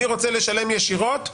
אני רוצה לשלם ישירות לקייטנה,